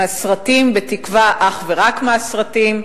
מהסרטים, בתקווה שאך ורק מהסרטים.